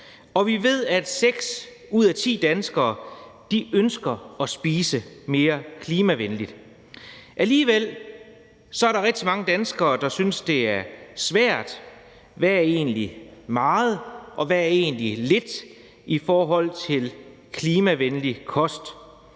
og vi ved, at 6 ud af 10 danskere ønsker at spise mere klimavenligt. Alligevel er der rigtig mange danskere, der synes, det er svært, hvad der egentlig er meget, og hvad der er lidt i forhold til klimavenlig kost.